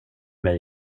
mig